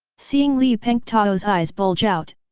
seeing li pengtao's eyes bulge out,